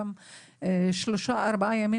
והוא גם צריך להיות לידו לפחות שלושה-ארבעה ימים,